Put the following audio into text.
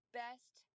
best